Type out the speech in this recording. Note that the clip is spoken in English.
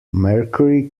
mercury